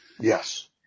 Yes